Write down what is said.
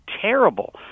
terrible